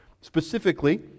Specifically